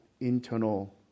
internal